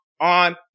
on